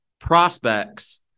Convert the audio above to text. prospects